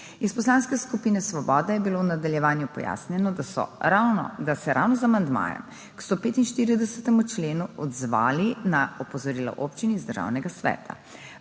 Iz Poslanske skupine Svoboda je bilo v nadaljevanju pojasnjeno, da so se ravno z amandmajem k 145. členu odzvali na opozorila občin iz Državnega sveta.